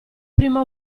prima